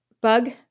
Bug